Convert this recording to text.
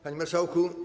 Panie Marszałku!